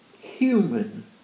human